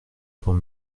avant